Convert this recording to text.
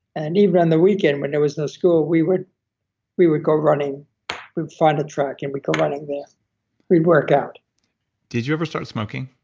and even on the weekend when there was no school we would we would go running we'd find a track and we'd go running there. we worked out did you ever start smoking?